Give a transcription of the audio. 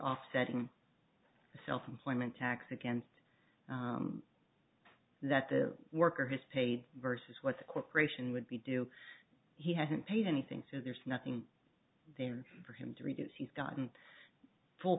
offsetting the self employment tax against that the worker has paid versus what the corporation would be due he hasn't paid anything so there's nothing there for him to reduce he's gotten full